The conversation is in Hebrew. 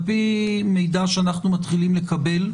על פי מידע שאנחנו מתחילים לקבל,